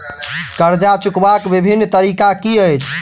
कर्जा चुकबाक बिभिन्न तरीका की अछि?